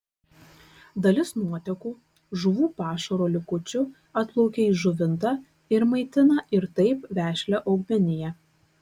dalis nuotekų žuvų pašaro likučių atplaukia į žuvintą ir maitina ir taip vešlią augmeniją